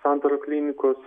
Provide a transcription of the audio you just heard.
santarų klinikos